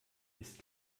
ist